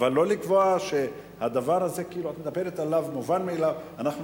אבל לא לקבוע שהדבר הזה הוא מובן מאליו.